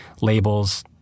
labels